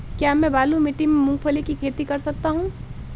क्या मैं बालू मिट्टी में मूंगफली की खेती कर सकता हूँ?